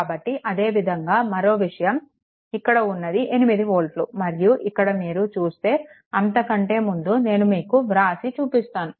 కాబట్టి అదే విధంగా మరో విషయం ఇక్కడ ఉన్నది 8 వోల్ట్లు మరియు ఇక్కడ మీరు చూస్తే అంత కంటే ముందు నేను మీకు వ్రాసి చూపిస్తాను